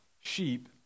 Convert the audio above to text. sheep